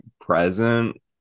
present